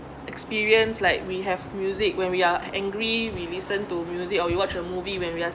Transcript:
experience like we have music when we are angry we listen to music or you watch a movie when we are